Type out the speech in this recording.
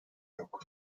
yok